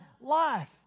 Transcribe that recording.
life